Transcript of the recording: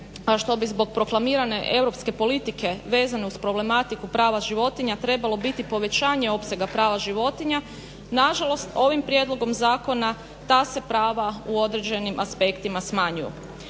što bi zbog proklamirane europske politike vezano uz problematiku prava životinja trebalo biti povećanje opsega prava životinja nažalost ovim prijedlogom zakona ta se prava u određenim aspektima smanjuju.